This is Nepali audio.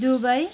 दुबई